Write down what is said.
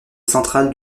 central